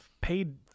paid